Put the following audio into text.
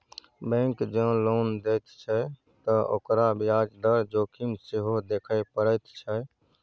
bank जँ loan दैत छै त ओकरा ब्याज दर जोखिम सेहो देखय पड़ैत छै